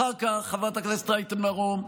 אחר כך, חברת הכנסת רייטן מרום,